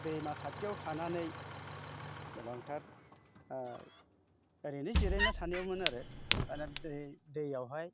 दैमा खाथिआव थानानै गोबांथार ओरैनो जिरायना थानायावमोन आरो माने दै दैआवहाय